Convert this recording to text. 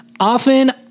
Often